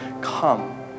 come